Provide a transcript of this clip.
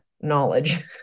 knowledge